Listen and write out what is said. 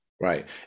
Right